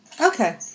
okay